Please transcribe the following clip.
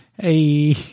hey